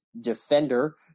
defender